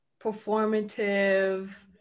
performative